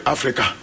Africa